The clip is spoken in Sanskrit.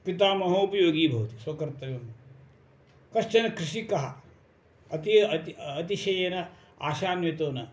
पितामहोपि योगी भवति स्वकर्तव्यं कश्चनः कृषिकः अति या अति अतिशयेन आशान्वितो न